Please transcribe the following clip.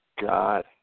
God